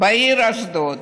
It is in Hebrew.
בעיר אשדוד.